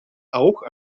auch